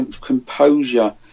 composure